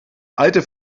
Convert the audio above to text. alte